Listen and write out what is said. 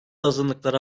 azınlıklara